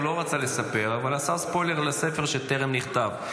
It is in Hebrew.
הוא לא רצה לספר אבל עשה ספוילר לספר שטרם נכתב.